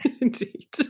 Indeed